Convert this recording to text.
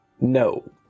No